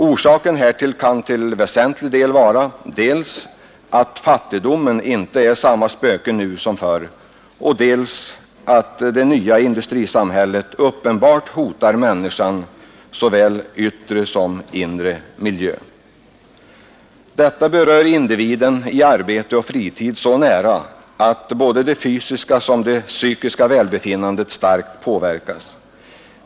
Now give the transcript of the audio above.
Orsaken härtill kan till väsentlig del vara dels att fattigdomen inte är samma spöke som förr, dels att det nya industrisamhället uppenbarligen hotar människans såväl yttre som inre miljö. Detta berör individen i arbete och fritid så nära att såväl det fysiska som psykiska välbefinnandet starkt påverkas.